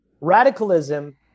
radicalism